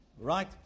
right